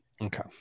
Okay